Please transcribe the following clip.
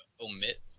omit